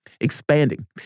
expanding